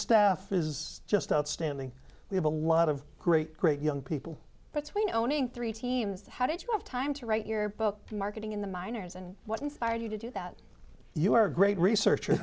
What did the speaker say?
staff is just outstanding we have a lot of great great young people between owning three teams how did you have time to write your book marketing in the minors and what inspired you to do that you are a great researcher